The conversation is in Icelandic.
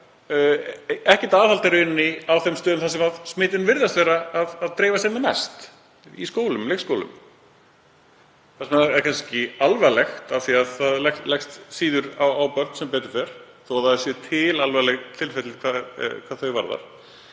ekkert aðhald á þeim stöðum þar sem smit virðast dreifast sem mest, í skólum og leikskólum. Það er kannski ekki alvarlegt af því að það leggst síður á börn sem betur fer þó að það séu til alvarleg tilfelli hvað þau varðar,